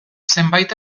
zenbait